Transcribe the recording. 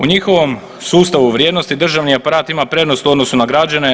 U njihovom sustavu vrijednosti državni aparat ima prednost u odnosu na građane.